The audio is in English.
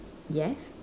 yes